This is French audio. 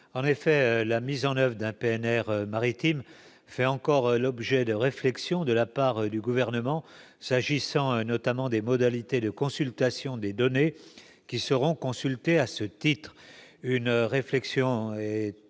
En effet, la mise en oeuvre de ce PNR fait encore l'objet de réflexions de la part du Gouvernement, s'agissant notamment des modalités de consultation des données qui seront collectées à ce titre. Une réflexion est